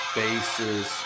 bases